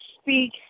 speak